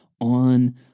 on